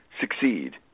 succeed